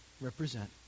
represent